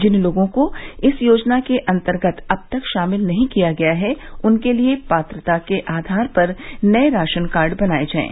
जिन लोगों को इस योजना के अंतर्गत अब तक शामिल नहीं किया गया है उनके लिए पात्रता के आधार पर नए राशन कार्ड बनाए जाएं